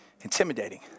intimidating